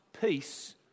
peace